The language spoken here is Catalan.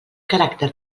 caràcter